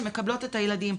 שמקבלות את הילדים.